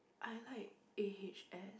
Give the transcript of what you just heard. I like A H S